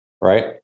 right